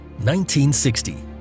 1960